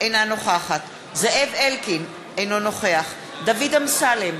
אינה נוכחת זאב אלקין, אינו נוכח דוד אמסלם,